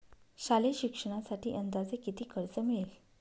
शालेय शिक्षणासाठी अंदाजे किती कर्ज मिळेल?